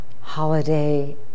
holiday